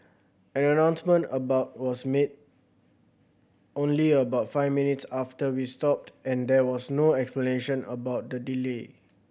an announcement about was made only about five minutes after we stopped and there was no explanation about the delay